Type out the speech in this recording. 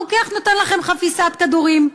הרוקח נותן לכם חפיסת כדורים,